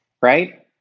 right